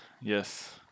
Yes